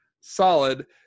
solid